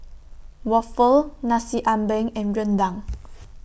Waffle Nasi Ambeng and Rendang